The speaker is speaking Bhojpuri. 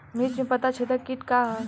मिर्च में पता छेदक किट का है?